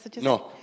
No